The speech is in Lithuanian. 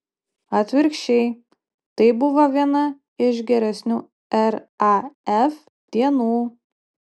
atvirkščiai tai buvo viena iš geresnių raf dienų